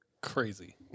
Crazy